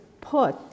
put